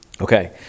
Okay